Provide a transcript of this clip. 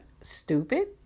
stupid